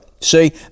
See